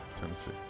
Tennessee